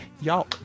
y'all